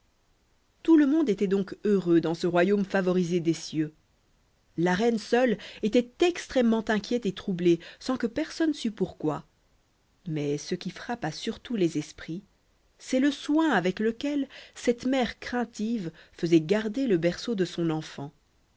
tout le monde était donc heureux dans ce royaume favorisé des cieux la reine seule était extrêmement inquiète et troublée sans que personne sût pourquoi mais ce qui frappa surtout les esprits c'est le soin avec lequel cette mère craintive faisait garder le berceau de son enfant